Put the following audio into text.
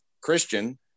Christian